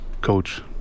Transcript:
coach